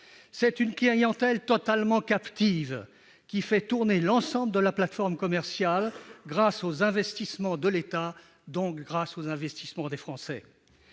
C'est une clientèle totalement captive, qui fait tourner l'ensemble de la plateforme commerciale, grâce aux investissements de l'État, donc grâce aux investissements des Français.